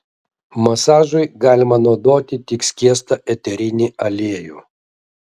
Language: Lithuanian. masažui galima naudoti tik skiestą eterinį aliejų